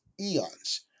eons